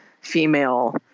female